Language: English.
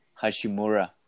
Hashimura